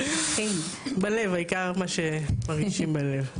בלב, העיקר מה שמרגישים בלב.